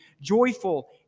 joyful